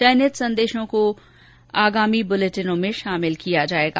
चयनित संदेशों को आगामी बुलेटिनों में शामिल किया जाएगा